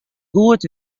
goed